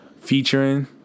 Featuring